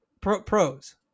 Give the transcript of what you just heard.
pros